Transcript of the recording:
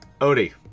Odie